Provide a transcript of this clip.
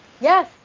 Yes